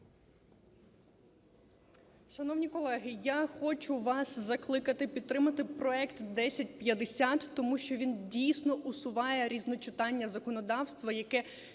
Шановні колеги, я хочу вас закликати підтримати проект 1050, тому що він дійсно усуває різночитання законодавства, яке